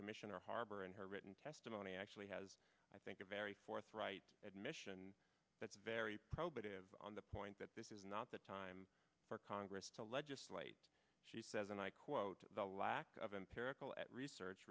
commissioner harbor and her written testimony actually has i think a very forthright admission that's very probative on the point that this is not the time for congress to legislate she says and i quote the lack of empirical at research